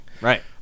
Right